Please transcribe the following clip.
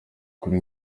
kuri